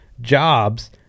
jobs